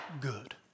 good